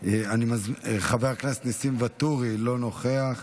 חבר הכנסת ניסים ואטורי, לא נוכח.